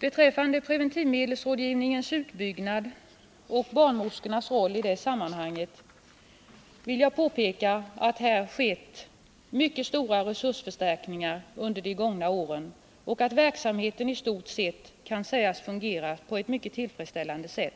Beträffande preventivmedelsrådgivningens utbyggnad och barnmorskornas roll i det sammanhanget vill jag påpeka att här skett mycket stora resursförstärkningar under de gångna åren och att verksamheten i stort sett kan sägas fungera på ett mycket tillfredsställande sätt.